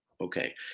okay